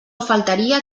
faltaria